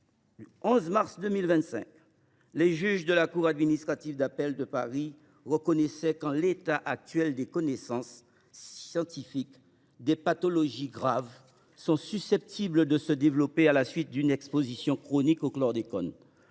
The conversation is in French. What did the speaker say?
le 11 mars 2025, les juges de la cour administrative d’appel de Paris ont reconnu qu’en l’état actuel des connaissances scientifiques, des pathologies graves sont susceptibles de se développer à la suite d’une exposition chronique au chlordécone